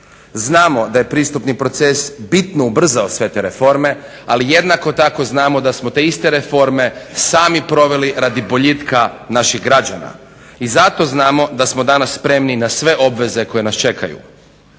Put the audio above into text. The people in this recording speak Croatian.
Znamo da je pristupni proces bitno ubrzao sve te reforme, ali jednako tako znamo da smo te iste reforme sami proveli radi boljitka naših građana. I zato znamo da smo danas spremni na sve obveze koje nas čekaju.